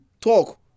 talk